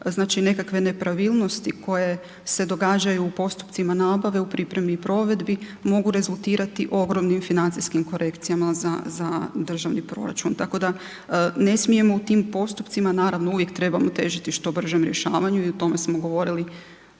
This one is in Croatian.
znači nekakve nepravilnosti koje se događaju u postupcima nabave u pripremi i provedbi mogu rezultirati ogromnim financijskim korekcijama za državni proračun. Tako da ne smijemo u tim postupcima, naravno uvijek trebamo težiti što bržem rješavanju i o tome smo govorili